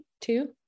Two